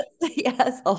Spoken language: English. yes